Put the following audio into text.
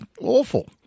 Awful